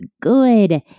good